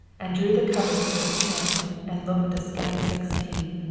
and drew the covers to her chin and looked a scant sixteen.